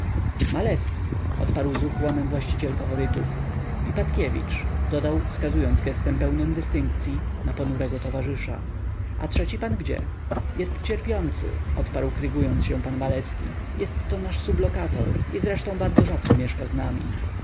maleski odparł z ukłonem właściciel faworytów i patkiewicz dodał wskazując giestem pełnym dystynkcyi na ponurego towarzysza a trzeci pan gdzie jest cierpiący odparł krygując się pan maleski jestto nasz sublokator i zresztą bardzo rzadko mieszka z nami